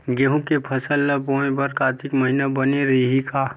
गेहूं के फसल ल बोय बर कातिक महिना बने रहि का?